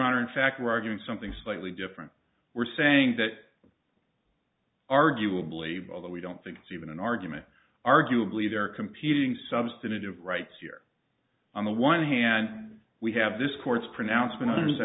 honor in fact we're arguing something slightly different we're saying that arguably although we don't think it's even an argument arguably there are competing substantive rights here on the one hand we have this court's pronouncement